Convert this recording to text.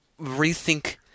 rethink